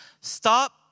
stop